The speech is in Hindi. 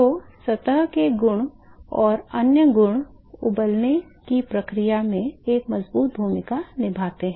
तो सतह के गुण और अन्य गुण उबलने की प्रक्रिया में एक मजबूत भूमिका निभाते हैं